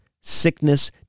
sickness